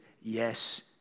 yes